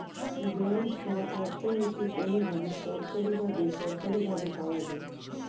grant বা অর্থনৈতিক অনুদান সরকারি বা বেসরকারি ভাবে পাওয়া যায়